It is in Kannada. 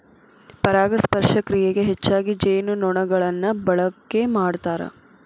ಪರಾಗಸ್ಪರ್ಶ ಕ್ರಿಯೆಗೆ ಹೆಚ್ಚಾಗಿ ಜೇನುನೊಣಗಳನ್ನ ಬಳಕೆ ಮಾಡ್ತಾರ